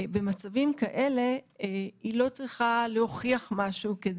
במצבים כאלה היא לא צריכה להוכיח משהו אם